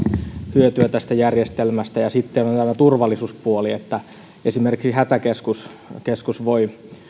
hyötyä tästä järjestelmästä ja sitten on tämä turvallisuuspuoli eli esimerkiksi hätäkeskus voi